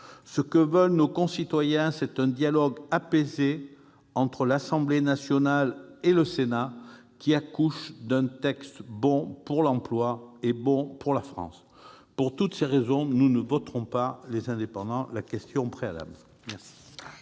Ce que veulent nos concitoyens, c'est un dialogue apaisé entre Assemblée nationale et Sénat qui accouche d'un texte bon pour l'emploi et bon pour la France ! Pour toutes ces raisons, le groupe Les Indépendants-République et